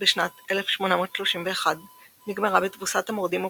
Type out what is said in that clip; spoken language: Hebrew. בשנת 1831 נגמרה בתבוסת המורדים הפולנים,